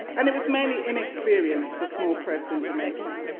and it was mainly inexperience, the small press in jamaica.